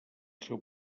seu